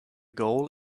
goal